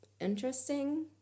interesting